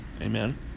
amen